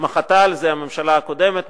מחתה על זה הממשלה הקודמת,